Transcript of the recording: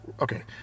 okay